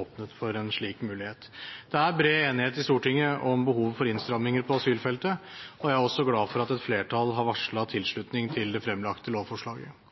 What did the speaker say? åpnet for en slik mulighet. Det er bred enighet i Stortinget om behov for innstramninger på asylfeltet, og jeg er også glad for at et flertall har varslet tilslutning til det fremlagte lovforslaget.